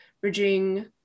bridging